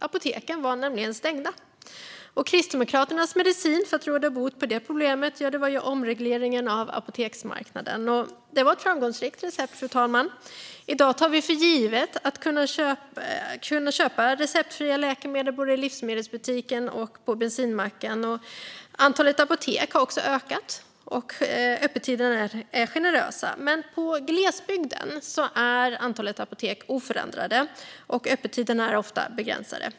Apoteken var nämligen stängda. Kristdemokraternas medicin för att råda bot på det problemet var omregleringen av apoteksmarknaden. Det var ett framgångsrikt recept, fru talman. I dag tar vi för givet att receptfria läkemedel kan köpas både i livsmedelsbutiken och på bensinmacken. Antalet apotek har också ökat, och öppettiderna är generösa. I glesbygd är dock antalet apotek oförändrat, och öppettiderna är ofta begränsade.